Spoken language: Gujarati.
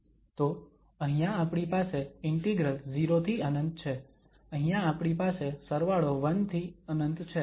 તો અહીંયા આપણી પાસે ઇન્ટિગ્રલ 0 થી ∞ છે અહીંયા આપણી પાસે સરવાળો 1 થી ∞ છે